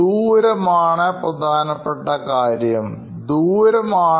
ദൂരം ഒരു പ്രധാനപ്പെട്ട കാര്യമാണ്